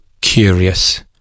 curious